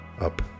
up